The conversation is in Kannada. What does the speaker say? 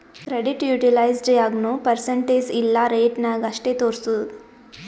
ಕ್ರೆಡಿಟ್ ಯುಟಿಲೈಜ್ಡ್ ಯಾಗ್ನೂ ಪರ್ಸಂಟೇಜ್ ಇಲ್ಲಾ ರೇಟ ನಾಗ್ ಅಷ್ಟೇ ತೋರುಸ್ತುದ್